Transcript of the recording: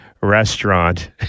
restaurant